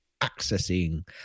accessing